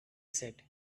said